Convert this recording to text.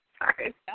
Sorry